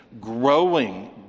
growing